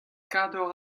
kador